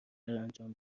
انجام